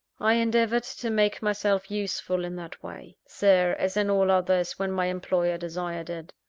i endeavoured to make myself useful in that way, sir, as in all others, when my employer desired it.